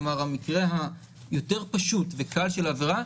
כלומר המקרה היותר פשוט וקל של עבירה,